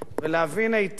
ולהבין היטב